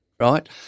Right